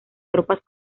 tropas